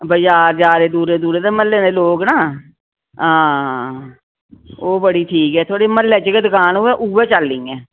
बजार जा'रदे दूर दूर ते म्हल्ले दे लोक न हां ओह् बड़ी ठीक ऐ थुआढ़ी म्हल्ले च गै दुकान होवे उ'ऐ चलनी ऐ